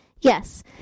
Yes